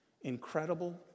incredible